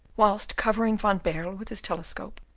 whilst covering van baerle with his telescope,